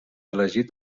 elegit